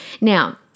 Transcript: Now